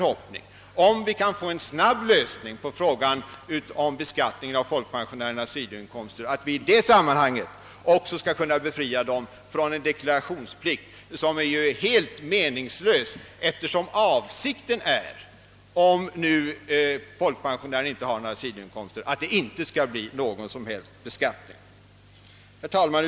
Om frågan om beskattning av folkpensionärernas sidoinkomster snabbt kan lösas skulle vi kunna befria dem från en deklarationsplikt som är helt meningslös, eftersom avsikten är — om folkpensionären inte har sidoinkomster — att det inte skall bli någon beskattning. Herr talman!